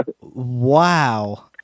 Wow